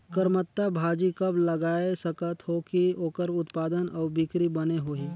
करमत्ता भाजी कब लगाय सकत हो कि ओकर उत्पादन अउ बिक्री बने होही?